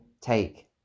take